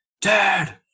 Dad